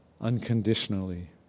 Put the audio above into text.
unconditionally